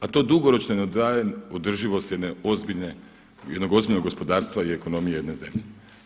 A to dugoročno, održivost jedne ozbiljne, jednog ozbiljnog gospodarstva i ekonomije jedne zemlje.